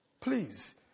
Please